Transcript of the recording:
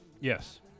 Yes